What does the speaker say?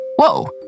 Whoa